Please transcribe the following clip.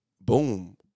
boom